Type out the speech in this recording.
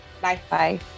Bye-bye